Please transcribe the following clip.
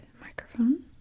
microphone